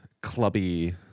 clubby